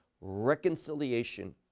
reconciliation